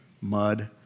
mud